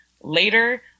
later